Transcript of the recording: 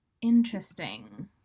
interesting